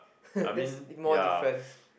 that's more different